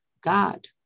God